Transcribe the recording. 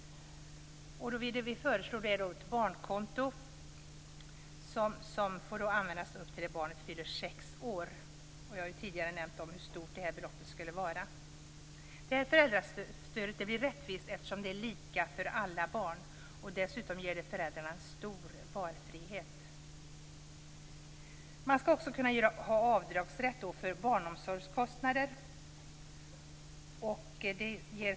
Vi föreslår därför ett barnkonto som får användas tills barnet fyller sex år. Jag har tidigare nämnt hur stort beloppet skulle vara. Det här föräldrastödet blir rättvist eftersom det är lika för alla barn. Dessutom ger det föräldrarna en stor valfrihet. Man skall också kunna få avdragsrätt för barnomsorgskostnader.